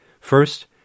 First